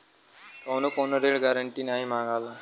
कउनो कउनो ऋण गारन्टी नाही मांगला